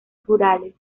rurales